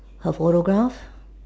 her photograph